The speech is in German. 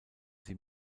sie